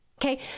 Okay